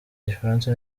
igifaransa